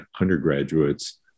undergraduates